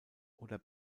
oder